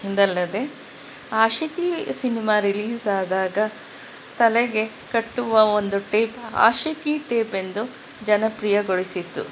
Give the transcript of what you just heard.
ಇದಲ್ಲದೇ ಆಶಿಕಿ ಸಿನಿಮಾ ರಿಲೀಸಾದಾಗ ತಲೆಗೆ ಕಟ್ಟುವ ಒಂದು ಟೇಪ್ ಆಶಿಕಿ ಟೇಪ್ ಎಂದು ಜನಪ್ರಿಯಗೊಳಿಸಿತ್ತು